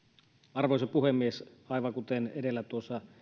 arvoisa puhemies aivan kuten edellä tuossa muun muassa